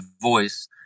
voice